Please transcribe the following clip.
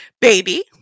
baby